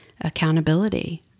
accountability